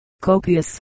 copious